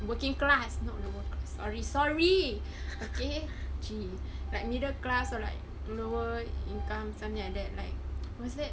working class not the work sorry sorry okay like middle class or like lower income something like that like what's that